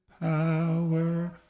power